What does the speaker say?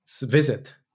visit